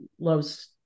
loves